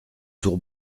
tour